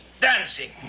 dancing